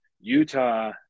Utah